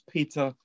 Peter